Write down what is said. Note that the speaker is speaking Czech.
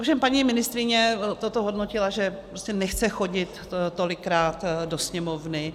Ovšem paní ministryně toto hodnotila, že prostě nechce chodit tolikrát do Sněmovny.